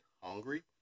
hungry